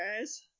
guys